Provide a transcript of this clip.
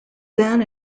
then